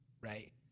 right